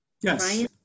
Yes